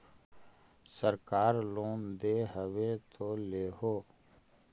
सरकार लोन दे हबै तो ले हो?